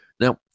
Now